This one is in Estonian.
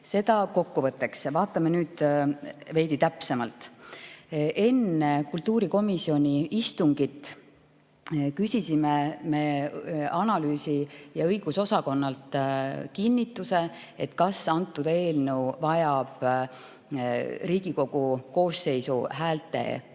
Seda kokkuvõtteks. Vaatame nüüd veidi täpsemalt. Enne kultuurikomisjoni istungit küsisime analüüsi- ja õigusosakonnalt kinnitust, kas eelnõu vajab Riigikogu koosseisu häälteenamust